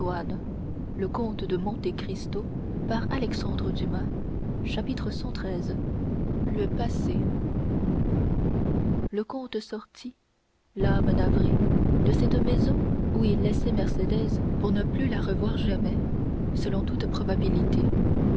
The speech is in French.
edmond cxiii le passé le comte sortit l'âme navrée de cette maison où il laissait mercédès pour ne plus la revoir jamais selon toute probabilité